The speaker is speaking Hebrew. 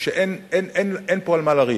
כשאין פה על מה לריב.